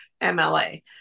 MLA